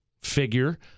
figure